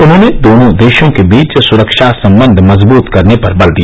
उन्होंने दोनों देशों के बीच सुरक्षा संबंध मजबूत करने पर बल दिया